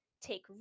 take